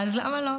אז למה לא?